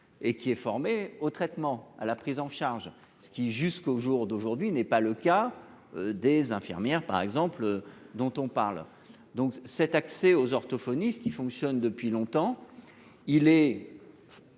et qui est formé au traitement à la prise en charge ce qui, jusqu'au jour d'aujourd'hui n'est pas le cas. Des infirmières par exemple dont on parle donc cet accès aux orthophonistes il fonctionne depuis longtemps, il est.